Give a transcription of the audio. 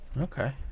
Okay